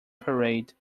parade